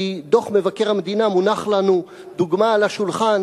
כי דוח מבקר המדינה מונח לנו לדוגמה על השולחן,